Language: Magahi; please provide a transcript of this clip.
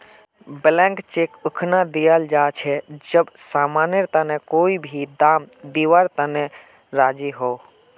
ब्लैंक चेक उखना दियाल जा छे जब समानेर तने कोई भी दाम दीवार तने राज़ी हो